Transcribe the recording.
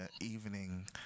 evening